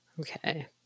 Okay